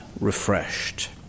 refreshed